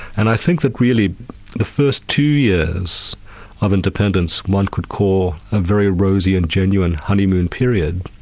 and i think that really the first two years of independence one could call a very rosy and genuine honeymoon period.